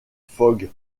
fogg